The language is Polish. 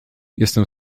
jestem